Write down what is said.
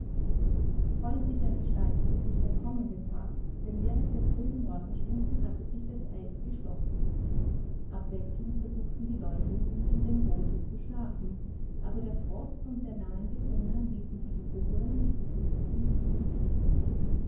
freundlicher gestaltete sich der kommende tag denn während der frühen morgenstunden hatte sich das eis geschlossen abwechselnd versuchten die leute nun in dem boote zu schlafen aber der frost und der nagende hunger ließen sie die ruhe die sie suchten nicht finden